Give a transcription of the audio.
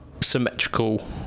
symmetrical